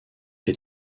est